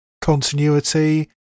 continuity